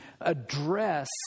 address